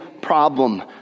problem